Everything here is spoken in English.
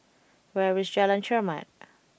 where is Jalan Chermat